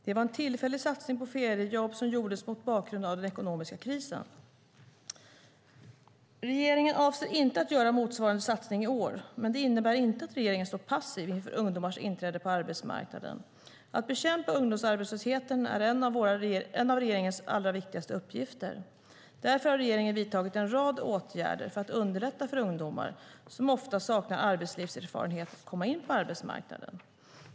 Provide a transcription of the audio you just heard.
Det var en tillfällig satsning på feriejobb som gjordes mot bakgrund av den ekonomiska krisen. Regeringen avser inte att göra motsvarande satsning i år. Men det innebär inte att regeringen står passiv inför ungdomars inträde på arbetsmarknaden. Att bekämpa ungdomsarbetslösheten är en av regeringens viktigaste uppgifter. Därför har regeringen vidtagit en rad åtgärder för att underlätta för ungdomar, som ofta saknar arbetslivserfarenhet, att komma in på arbetsmarknaden.